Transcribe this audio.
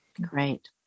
Great